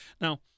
Now